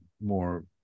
more